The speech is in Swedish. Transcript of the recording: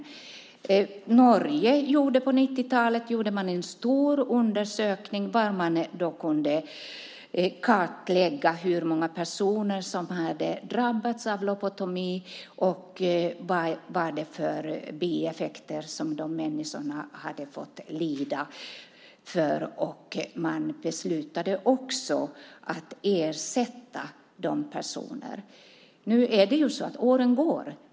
I Norge gjorde man på 90-talet en stor undersökning där man kunde kartlägga hur många personer som hade drabbats av lobotomi och vilka bieffekter som de människorna hade lidit av. Man beslutade också att ersätta de personerna. Åren går.